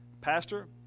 pastor